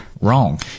wrong